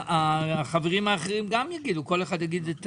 וכל אחד יגיד את עמדתו.